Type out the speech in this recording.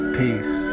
peace